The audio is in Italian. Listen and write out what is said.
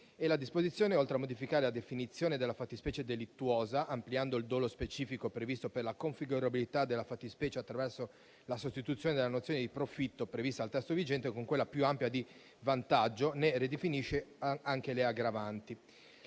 e la disposizione, oltre a modificare la definizione della fattispecie delittuosa, ampliando il dolo specifico previsto per la configurabilità della fattispecie attraverso la sostituzione della nozione di profitto prevista dal testo vigente con quella più ampia di vantaggio, ne ridefinisce anche le aggravanti.